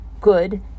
good